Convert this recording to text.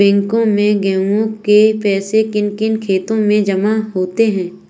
बैंकों में ग्राहकों के पैसे किन किन खातों में जमा होते हैं?